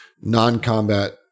non-combat